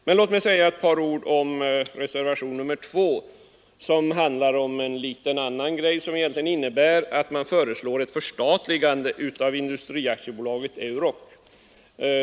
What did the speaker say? Låt mig också säga ett par ord om reservationen 2, där man föreslår ett förstatligande av Industri AB Euroc.